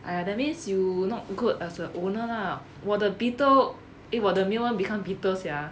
!aiya! that means you not good as a owner lah 我的 beetle eh 我的 the mealworm become biter sia